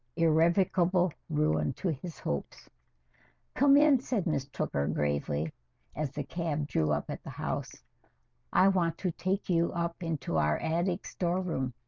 irrevocable ruin to his hopes commend sadness took her gravely as the cab drew up at the house i want to take you up into our attic storeroom,